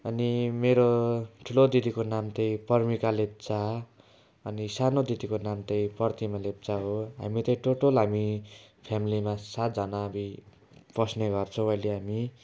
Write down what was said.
अनि मेरो ठुलो दिदीको नाम चाहिँ प्रमिका लेप्चा हो अनि सानो दिदीको नाम चाहिँ प्रतिमा लेप्चा हो हामी चाहिँ टोटल हामी फ्यामिलीमा सातजना बी बस्ने गर्छौँ अहिले हामी